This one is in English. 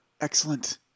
excellent